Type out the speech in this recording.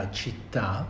città